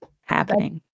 happening